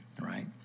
right